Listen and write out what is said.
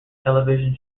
television